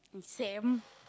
same